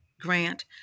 grant